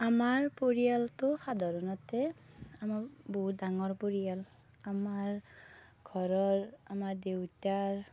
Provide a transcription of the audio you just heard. আমাৰ পৰিয়ালটো সাধাৰণতে আমাৰ বহুত ডাঙৰ পৰিয়াল আমাৰ ঘৰৰ আমাৰ দেউতাৰ